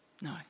No